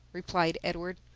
replied edward.